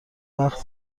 وقت